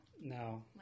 No